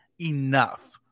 enough